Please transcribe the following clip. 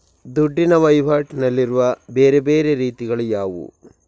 ದುಡ್ಡಿನ ವಹಿವಾಟಿನಲ್ಲಿರುವ ಬೇರೆ ಬೇರೆ ರೀತಿಗಳು ಯಾವುದು?